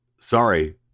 sorry